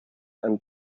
and